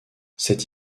cette